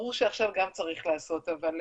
ברור שעכשיו גם צריך לעשות, אבל